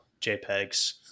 JPEGs